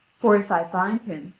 for if i find him,